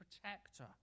protector